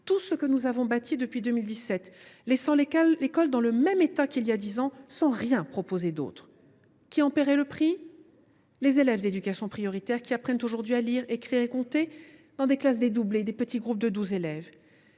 tout ce que nous avons bâti, depuis 2017, pour remettre l’école dans le même état que celui où elle était voilà dix ans, sans rien proposer d’autre. Qui en paierait le prix ? Les élèves des zones d’éducation prioritaire qui apprennent aujourd’hui à lire, écrire et compter dans des classes dédoublées, de petits groupes de douze élèves.